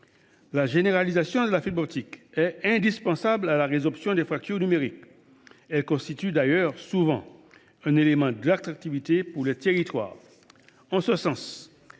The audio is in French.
La généralisation de la fibre optique est indispensable à la résorption des fractures numériques. La fibre constitue d’ailleurs souvent un élément d’attractivité pour les territoires. Nous